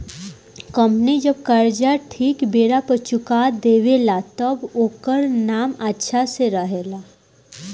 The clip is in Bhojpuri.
कंपनी जब कर्जा ठीक बेरा पर चुका देवे ला तब ओकर नाम अच्छा से रहेला